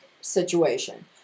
situation